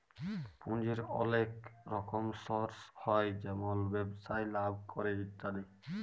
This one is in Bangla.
পুঁজির ওলেক রকম সর্স হ্যয় যেমল ব্যবসায় লাভ ক্যরে ইত্যাদি